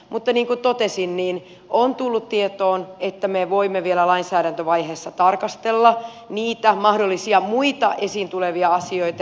mutta niin kuin totesin niin on tullut tietoon että me voimme vielä lainsäädäntövaiheessa tarkastella niitä mahdollisia muita esiin tulevia asioita